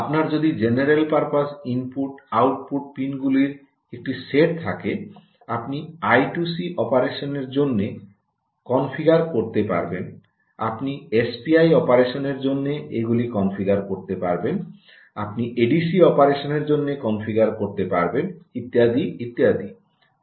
আপনার যদি general purpose input output পিনগুলির একটি সেট থাকে আপনি আই2সি অপারেশনের জন্য কনফিগার করতে পারবেন আপনি এসপিআই অপারেশনের জন্য এগুলি কনফিগার করতে পারবেন আপনি এডিসি অপারেশনের জন্য কনফিগার করতে পারবেন ইত্যাদি ইত্যাদি